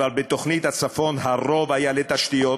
אבל בתוכנית הצפון הרוב היה לתשתיות,